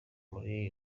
muri